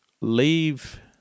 leave